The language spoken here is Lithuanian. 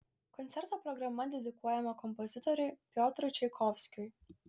koncerto programa dedikuojama kompozitoriui piotrui čaikovskiui